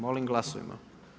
Molim glasujmo.